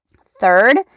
Third